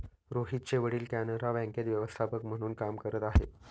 रोहितचे वडील कॅनरा बँकेत व्यवस्थापक म्हणून काम करत आहे